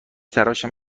تراشم